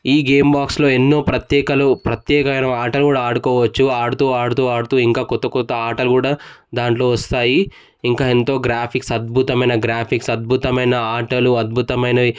ఈ గేమ్ బాక్స్లో ఎన్నో ప్రత్యేకతలు ప్రత్యేకమైన ఆటలు కూడా ఆడుకోవచ్చు ఆడుతు ఆడుతు ఆడుతు ఇంకా కొత్త కొత్త ఆటలు కూడా దాంట్లో వస్తాయి ఇంకా ఎంతో గ్రాఫిక్స్ అద్భుతమైన గ్రాఫిక్స్ అద్భుతమైన ఆటలు అద్భుతమైనవి